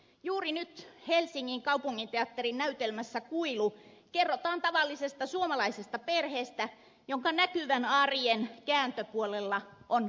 juuri nyt helsingin kaupunginteatterin näytelmässä kuilu kerrotaan tavallisesta suomalaisesta perheestä jonka näkyvän arjen kääntöpuolella on vaiennettu elämä